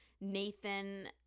Nathan